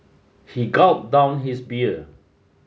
he gulped down his beer